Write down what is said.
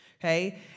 Okay